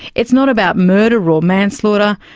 it's not about murder or manslaughter,